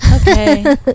okay